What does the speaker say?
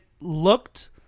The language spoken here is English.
looked